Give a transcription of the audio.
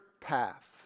paths